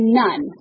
none